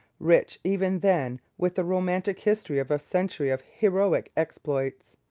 rich even then with the romantic history of a century of heroic exploits.